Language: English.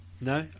No